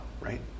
right